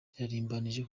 irarimbanyije